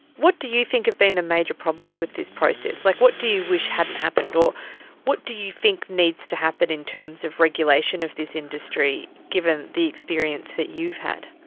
what do you think have been the major problems with this process? like what do you wish hadn't happened? or what do you think needs to happen in terms of regulation of this industry given the experience that you've had?